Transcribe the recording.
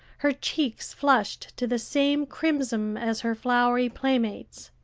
her cheeks flushed to the same crimson as her flowery playmates.